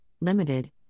Limited